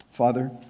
Father